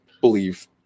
believe